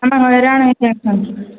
ବଡ଼ ହଇରାଣ ହେଇ ଯାଉଛୁ ଆମେ